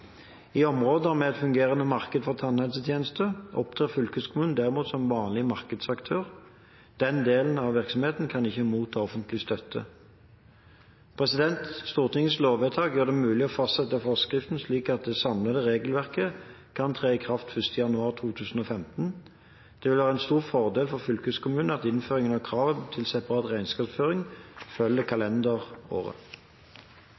I områder med et fungerende marked for tannhelsetjenester opptrer fylkeskommunen derimot som en vanlig markedsaktør. Denne delen av virksomheten kan ikke motta offentlig støtte. Stortingets lovvedtak gjør det mulig å fastsette forskriften slik at det samlede regelverket kan tre i kraft 1. januar 2015. Det vil være en stor fordel for fylkeskommunene at innføringen av krav til separat regnskapsføring følger